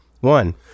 One